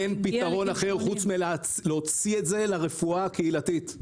אין פתרון אחר פרט מאשר להוציא את זה לרפואה הקהילתית.